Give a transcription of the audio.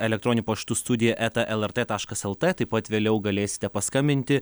elektroniniu paštu studija eta lrt taškas lt taip pat vėliau galėsite paskambinti